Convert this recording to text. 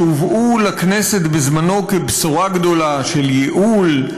שהובאו לכנסת בזמנם כבשורה גדולה של ייעול,